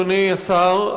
אדוני השר,